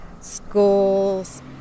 schools